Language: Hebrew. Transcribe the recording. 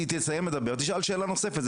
היא תסיים לדבר תשאל שאלה נוספת,